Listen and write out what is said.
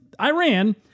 Iran